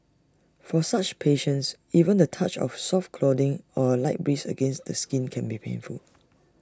for such patients even the touch of soft clothing or A light breeze against the skin can be painful